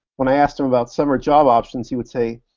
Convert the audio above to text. when i asked him about summer job options, he would say,